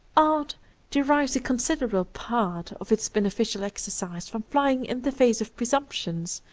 art derives a considerable part of its beneficial exercise from flying in the face of presumptions,